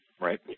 Right